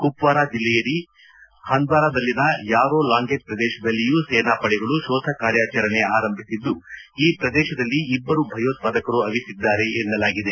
ಕುಪ್ಚಾರ ಜಿಲ್ಲೆಯ ಹಂದ್ವಾರದಲ್ಲಿನ ಯಾರೋ ಲಾಂಗೆಟ್ ಪ್ರದೇಶದಲ್ಲಿಯೂ ಸೇನಾಪಡೆಗಳು ಶೋಧ ಕಾರ್ಯಾಚರಣೆ ಆರಂಭಿಸಿದ್ದು ಈ ಪ್ರದೇಶದಲ್ಲಿ ಇಬ್ಬರು ಭಯೋತ್ವಾದಕರು ಅವಿತಿದ್ದಾರೆ ಎನ್ನಲಾಗಿದೆ